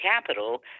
capital